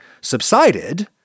subsided